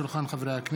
זו לא הכרזת מלחמה,